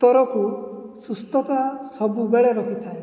ସ୍ତରକୁ ସୁସ୍ଥତା ସବୁବେଳେ ରଖିଥାଏ